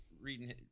Reading